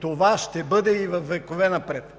това ще бъде и векове напред.